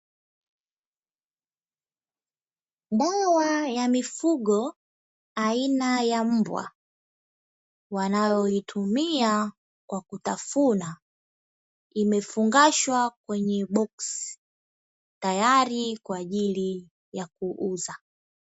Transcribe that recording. Dawa ya mifugo aina ya mbwa, wanayoitumia kwa kutafuna, imefungashwa kwenye boksi, tayari kwa ajili ya kuuza.